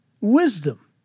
wisdom